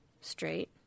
straight